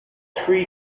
three